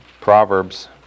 Proverbs